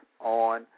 on